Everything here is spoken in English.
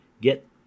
get